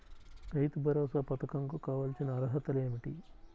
రైతు భరోసా పధకం కు కావాల్సిన అర్హతలు ఏమిటి?